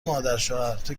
مادرشوهرتو